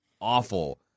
awful